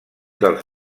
dels